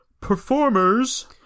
performers